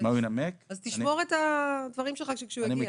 תשמור את הדברים שלך לכשיגיע.